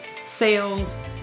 sales